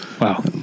Wow